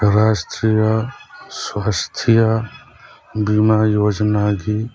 ꯔꯥꯁꯇ꯭ꯔꯤꯌꯥ ꯁ꯭ꯋꯥꯁꯊꯤꯌꯥ ꯕꯤꯃꯥ ꯌꯣꯖꯅꯥꯒꯤ